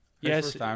Yes